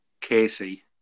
Casey